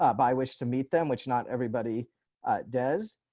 ah by which to meet them, which not everybody does,